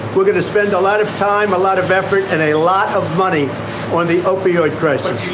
we're going to spend a lot of time, a lot of effort and a lot of money on the opioid crisis.